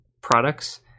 products